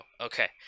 Okay